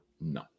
No